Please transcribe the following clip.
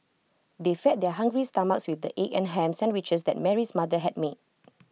they fed their hungry stomachs with the egg and Ham Sandwiches that Mary's mother had made